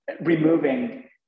removing